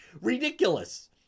Ridiculous